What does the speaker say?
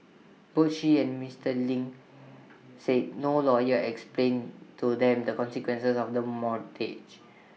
both she and Mister Ling said no lawyer explained to them the consequences of the mortgage